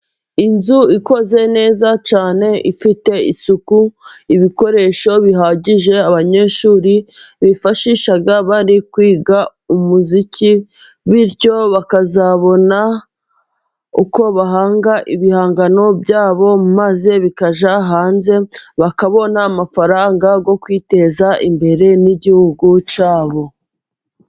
Inzu ikoze neza cyane, ifite isuku. Ibikoresho bihagije, abanyeshuri bifashisha bari kwiga umuziki bityo bakazabona uko bahanga ibihangano byabo, maze bikajya hanze, bakabona amafaranga yo o kwiteza imbere n'i Igihugu cyabo.